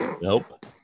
Nope